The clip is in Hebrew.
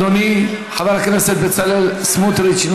אדוני חבר הכנסת בצלאל סמוטריץ,